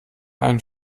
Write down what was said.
einen